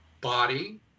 body